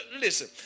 Listen